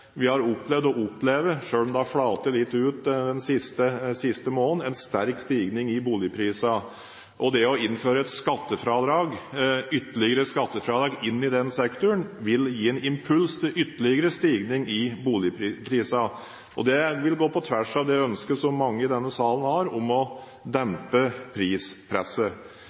har flatet litt ut den siste måneden – en sterk stigning i boligprisene. Det å innføre ytterligere skattefradrag i den sektoren vil gi en impuls til ytterligere stigning i boligprisene. Det vil gå på tvers av ønsket mange i denne salen har, om å dempe prispresset.